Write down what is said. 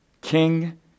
king